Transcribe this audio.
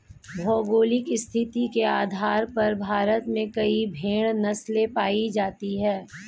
भौगोलिक स्थिति के आधार पर भारत में कई भेड़ नस्लें पाई जाती हैं